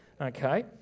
okay